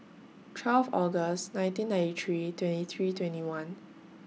twelve August nineteen ninety three twenty three twenty one